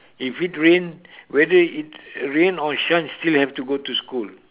if it rain whether it rain or shine still have to go to school